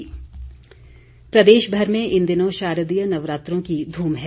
नवरात्र प्रदेश भर में इन दिनों शारदीय नवरात्रों की धूम है